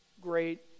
great